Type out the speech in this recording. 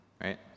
right